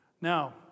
Now